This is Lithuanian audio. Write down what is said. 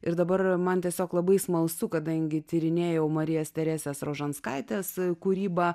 ir dabar man tiesiog labai smalsu kadangi tyrinėjau marijos teresės rožanskaitės kūrybą